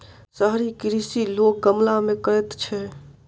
शहरी कृषि लोक गमला मे करैत छै